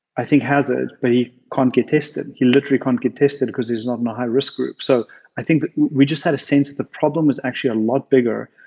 i think he has it but he can't get tested. he literally can't get tested because he is not in a high risk group. so i think that we just had a sense that the problem was actually a lot bigger.